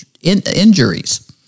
injuries